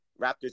Raptors